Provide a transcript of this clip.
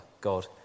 God